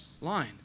line